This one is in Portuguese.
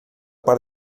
para